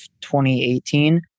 2018